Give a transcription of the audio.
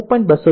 256 0